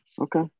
Okay